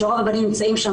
שרוב הבנים נמצאים שם,